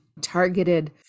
targeted